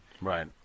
Right